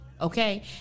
okay